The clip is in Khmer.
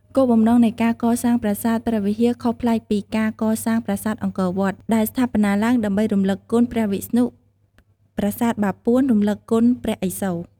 គោលបំណងនៃការកសាងប្រាសាទព្រះវិហារខុសប្លែកពីការកសាងប្រាសាទអង្គរវត្ត ដែលស្ថាបនាឡើងដើម្បីរំឭកគុណព្រះវិស្ណុ ប្រាសាទបាពួន រំឭកគុណព្រះឥសូរ ។